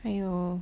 还有